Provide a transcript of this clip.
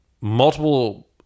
multiple